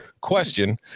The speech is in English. question